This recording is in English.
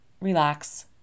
relax